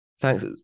thanks